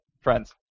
friends